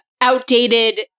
outdated